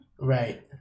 Right